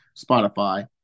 Spotify